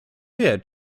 wie